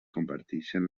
comparteixen